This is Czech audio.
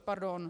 Pardon.